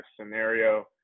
scenario